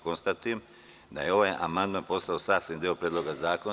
Konstatujem da je ovaj amandman postao sastavni predlog zakona.